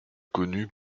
connu